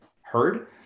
heard